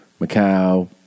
Macau